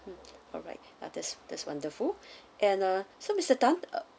mm alright now that's that's wonderful and uh so mister tan